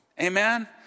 Amen